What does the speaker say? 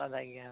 ᱥᱟᱫᱟ ᱜᱮᱭᱟ